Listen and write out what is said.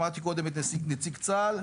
שמעתי קודם את נציג צה"ל.